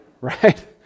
right